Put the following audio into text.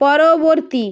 পরবর্তী